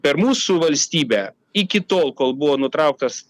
per mūsų valstybę iki tol kol buvo nutrauktas